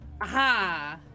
aha